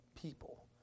people